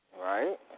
Right